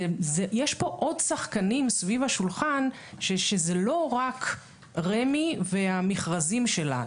יש פה עוד שחקנים סביב השולחן שזה לא רק רמ"י והמכרזים שלה.